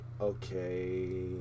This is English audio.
okay